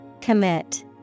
Commit